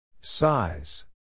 Size